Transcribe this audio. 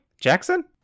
jackson